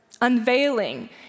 Unveiling